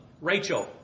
Rachel